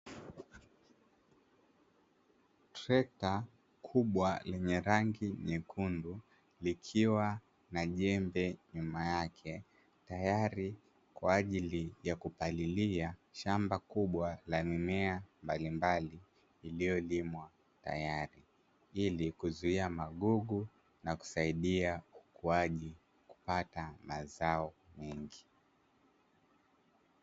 Trekta kubwa lenye rangi nyekundu likiwa na jembe nyuma, yake tayari kwa ajili ya kupalilia shamba kubwa la mimea mbalimbali lililolimwa tayari, ili kuzuia magugu na kusaidia ukuaji kupata mazao mengi.